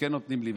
וכן נותנים לי,